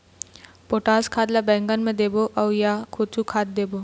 Potash खाद ला बैंगन मे देबो नई या अऊ कुछू खाद देबो?